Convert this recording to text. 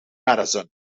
medicine